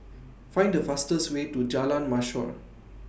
Find The fastest Way to Jalan Mashhor